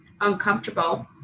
uncomfortable